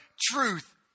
truth